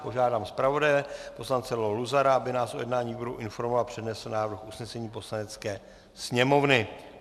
Požádám zpravodaje poslance Leo Luzara, aby nás o jednání výboru informoval a přednesl návrh usnesení Poslanecké sněmovny.